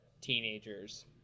teenagers